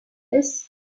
this